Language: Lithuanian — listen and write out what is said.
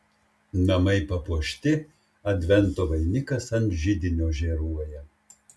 namai papuošti advento vainikas ant židinio žėruoja